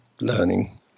learning